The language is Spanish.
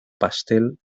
pastel